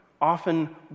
often